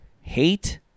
Hate